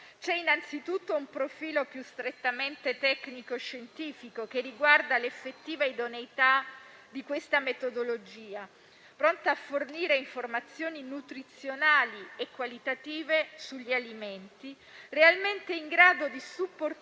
Innanzitutto, vi è un profilo più strettamente tecnico-scientifico, che riguarda l'effettiva idoneità di questa metodologia, pronta a fornire informazioni nutrizionali e qualitative sugli alimenti, realmente in grado di supportare